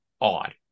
odd